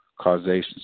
causations